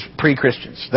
pre-Christians